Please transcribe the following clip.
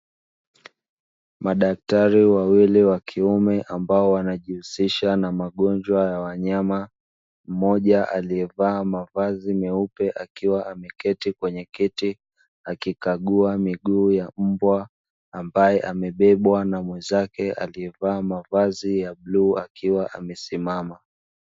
Madaktari wawili wa kiume ambao wanajihusisha na magonjwa ya wanyama, mmoja aliyevaa mavazi meupe akiwa ameketi kwenye kiti hakikagua miguu ya mbwa ambaye amebebwa na mwenzake aliyevaa mavazi ya bluu akiwa amesimama.